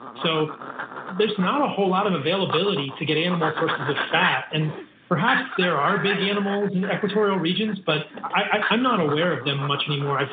so there's not a whole lot of availability to get animal sources of fat. and perhaps there are big animals in equatorial regions, but i'm not aware of them much anymore.